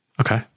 Okay